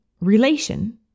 Relation